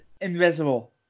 invisible